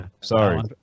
Sorry